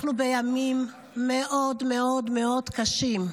אנחנו בימים מאוד מאוד מאוד קשים.